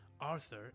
Arthur